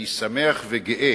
אני שמח וגאה